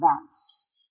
events